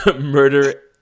Murder